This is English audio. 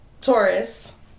Taurus